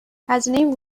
هزینه